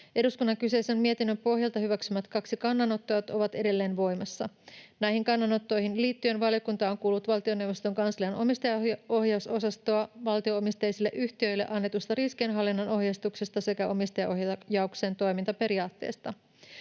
Eduskunnan kyseisen mietinnön pohjalta hyväksymät kaksi kannanottoa ovat edelleen voimassa. Näihin kannanottoihin liittyen valiokunta on kuullut valtioneuvoston kanslian omistajaohjausosastoa valtio-omisteisille yhtiöille annetusta riskinhallinnan ohjeistuksesta sekä omistajaohjauksen toimintaperiaatteista.